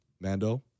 Mando